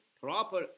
proper